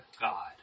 God